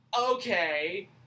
Okay